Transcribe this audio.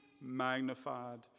magnified